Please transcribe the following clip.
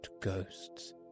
ghosts